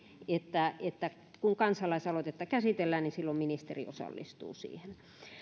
että että kun kansalaisaloitetta käsitellään niin silloin ministeri osallistuu siihen